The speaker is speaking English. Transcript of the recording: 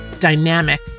dynamic